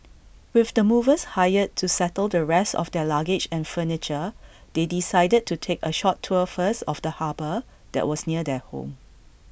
with the movers hired to settle the rest of their luggage and furniture they decided to take A short tour first of the harbour that was near their home